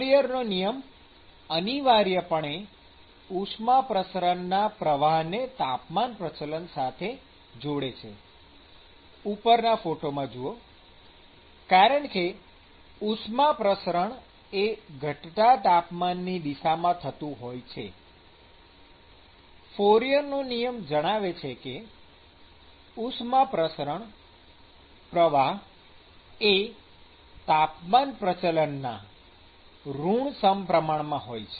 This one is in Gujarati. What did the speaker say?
ફોરિયરનો નિયમ અનિવાર્યપણે ઉષ્મા પ્રસરણના પ્રવાહને તાપમાન પ્રચલન સાથે જોડે છે ઉપરનો ફોટો જુઓ॰ કારણકે ઉષ્મા પ્રસરણ એ ધટતા તાપમાનની દિશામાં થતું હોય છે ફોરિયરનો નિયમ જણાવે છે કે ઉષ્મા પ્રસરણ પ્રવાહ એ તાપમાન પ્રચલન ના ઋણ સમપ્રમાણમાં હોય છે